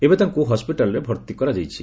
ଏବେ ତାଙ୍କୁ ହସ୍କିଟାଲ୍ରେ ଭର୍ତ୍ତି କରାଯାଇଛି